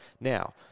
Now